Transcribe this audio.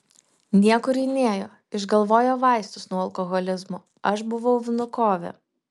niekur ji nėjo išgalvojo vaistus nuo alkoholizmo aš buvau vnukove